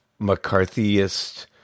McCarthyist